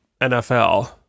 NFL